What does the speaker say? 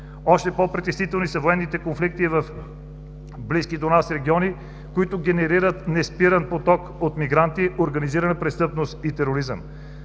Още по-притеснителни са военните конфликти в близки до нас региони, които генерират неспирен поток от мигранти, организирана престъпност и тероризъм.